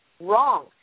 wrong